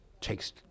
takes